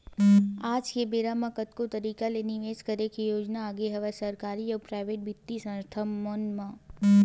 आज के बेरा म कतको तरिका ले निवेस करे के योजना आगे हवय सरकारी अउ पराइेवट बित्तीय संस्था मन म